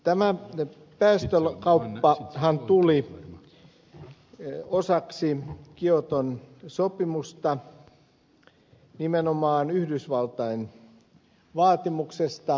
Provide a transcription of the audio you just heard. tämä päästökauppahan tuli osaksi kioton sopimusta nimenomaan yhdysvaltain vaatimuksesta